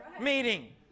meeting